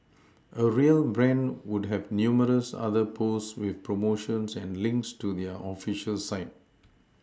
a real brand would have numerous other posts with promotions and links to their official site